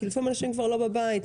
כי לפעמים אנשים כבר לא בבית.